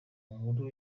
nkuru